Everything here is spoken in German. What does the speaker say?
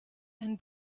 einen